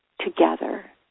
together